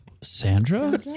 Sandra